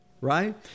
right